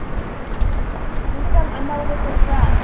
ꯑꯣ ꯍꯧꯖꯤꯛ ꯀꯥꯟ ꯑꯅꯧꯕ ꯊꯣꯛꯄ꯭ꯔꯥ